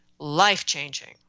Life-changing